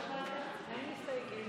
אין מסתייגים